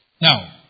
Now